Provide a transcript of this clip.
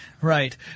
Right